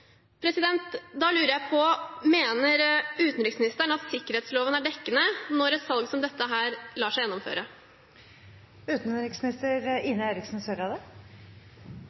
Da lurer jeg på: Mener utenriksministeren at sikkerhetsloven er dekkende når et salg som dette lar seg